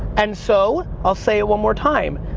and so, i'll say it one more time,